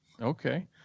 okay